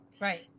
Right